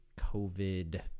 COVID